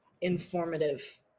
informative